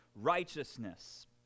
righteousness